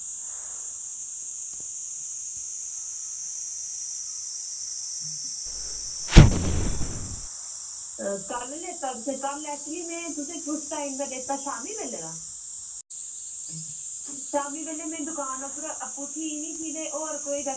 कल लेता तुसें कल ऐक्चुली में तुसें कुस टाइम दा लेता शामीं बेल्ले दा शामीं बेल्लै में दकान उप्पर आपूं थी निं ही ते होर कोई